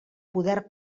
poder